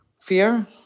Fear